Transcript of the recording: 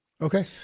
okay